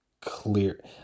clear